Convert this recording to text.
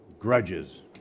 grudges